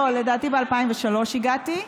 לא, לדעתי ב-2003 הגעתי,